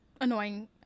annoying